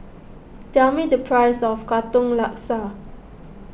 tell me the price of Katong Laksa